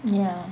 ya